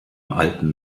alten